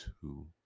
two